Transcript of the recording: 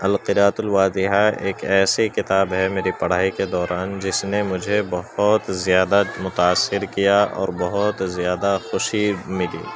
القراۃ الواضحہ ایک ایسی کتاب ہے میری پڑھائی کے دوران جس نے مجھے بہت زیادہ متاثر کیا اور بہت زیادہ خوشی ملی